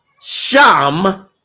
sham